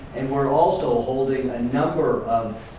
and we're also holding a number of